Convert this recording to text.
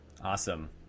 Awesome